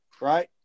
Right